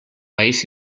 país